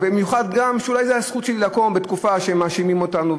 במיוחד גם שאולי זו הייתה הזכות שלי לקום בתקופה שמאשימים אותנו,